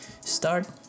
Start